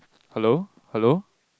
hello hello